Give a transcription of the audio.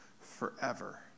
forever